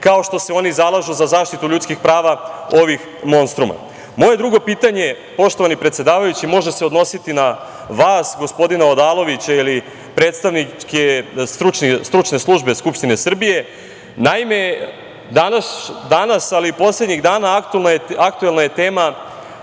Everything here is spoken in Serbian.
kao što se oni zalažu za zaštitu ljudskih prava ovih monstruma. Moje druge pitanje, poštovani predsedavajući može se odnositi na vas, gospodina Odalovića ili predstavnike stručne službe Skupštine Srbije. Naime, danas, ali i poslednjih dana je aktuelna tema